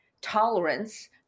tolerance